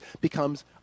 becomes